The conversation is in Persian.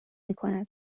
میکند